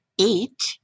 eight